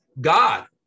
God